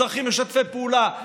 אזרחים משתפי פעולה,